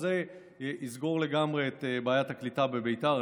וזה יסגור לגמרי את בעיית הקליטה בביתר.